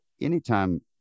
anytime